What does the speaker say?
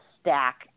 stack